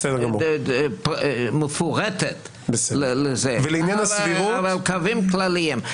מפורטת לזה, אלא קווים כלליים.